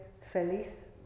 feliz